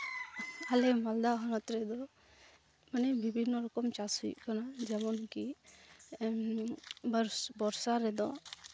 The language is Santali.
ᱟᱞᱮ ᱢᱟᱞᱫᱟ ᱦᱚᱱᱚᱛ ᱨᱮᱫᱚ ᱢᱟᱱᱮ ᱵᱤᱵᱷᱤᱱᱱᱚ ᱨᱚᱠᱚᱢ ᱪᱟᱥ ᱦᱩᱭᱩᱜ ᱠᱟᱱᱟ ᱡᱮᱢᱚᱱᱠᱤ ᱵᱚᱨᱥᱟ ᱨᱮᱫᱚ